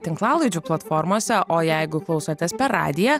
tinklalaidžių platformose o jeigu klausotės per radiją